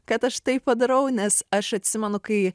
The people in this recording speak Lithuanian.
kad aš tai padarau nes aš atsimenu kai